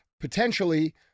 potentially